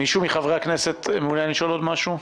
מישהו מחברי הכנסת מעוניין לשאול עוד משהו?